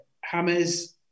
Hammer's